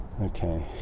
Okay